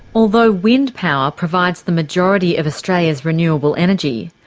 although wind power provides the majority of australia's renewable energy,